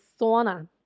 sauna